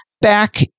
back